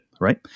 right